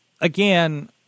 again